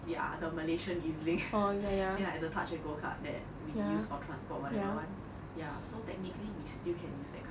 ya the malaysian EZ-link ya at the touch and go card that we used for transport whatever [one] ya so technically we still can use that card